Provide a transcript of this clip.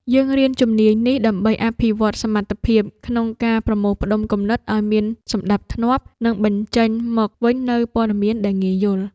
យើងរៀនជំនាញនេះដើម្បីអភិវឌ្ឍសមត្ថភាពក្នុងការប្រមូលផ្ដុំគំនិតឱ្យមានសណ្ដាប់ធ្នាប់ និងបញ្ចេញមកវិញនូវព័ត៌មានដែលងាយយល់។